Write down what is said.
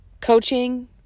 Coaching